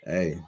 Hey